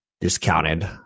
discounted